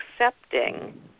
accepting